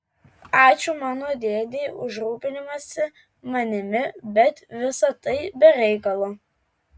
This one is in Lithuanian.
ačiū mano dėdei už rūpinimąsi manimi bet visa tai be reikalo